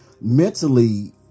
Mentally